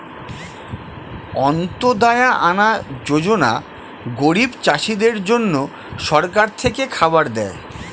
অন্ত্যদায়া আনা যোজনা গরিব চাষীদের জন্য সরকার থেকে খাবার দেয়